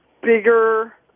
bigger